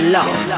love